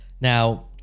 Now